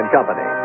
Company